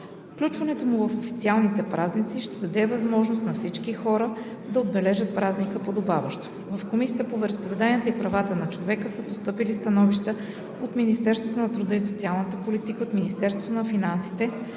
Включването му в официалните празници ще даде възможност на всички хора да отбележат празника подобаващо. В Комисията по вероизповеданията и правата на човека са постъпили становища от Министерството на труда и социалната политика и от Министерството на финансите,